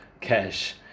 cash